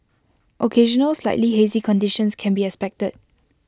occasional slightly hazy conditions can be expected